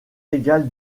égal